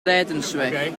lijdensweg